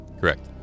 Correct